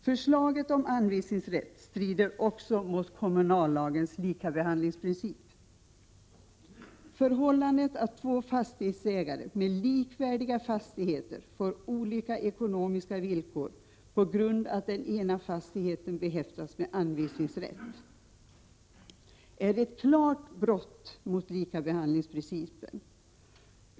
Förslaget om anvisningsrätt strider också mot kommunallagens likabehandlingsprincip. Förhållandet att två fastighetsägare med likvärdiga fastigheter får olika ekonomiska villkor på grund av att den ena fastigheten behäftas med anvisningsrätt är ett klart brott mot likabehandlingsprincipen.